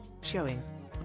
showing